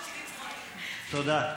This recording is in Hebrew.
תודה.